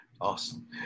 Awesome